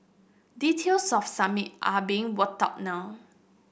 details of Summit are being worked out now